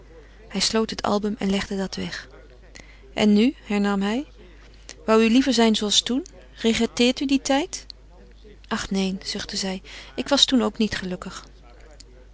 hij sloot den album en legde dien weg en nu hernam hij woû u liever zijn zooals toen regretteert u dien tijd ach neen zuchtte zij ik was toen ook niet gelukkig